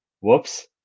Whoops